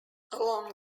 along